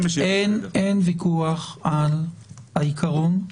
אין ויכוח על העיקרון,